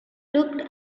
looked